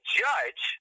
judge